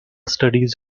studies